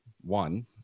One